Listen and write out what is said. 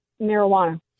marijuana